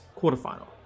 quarterfinal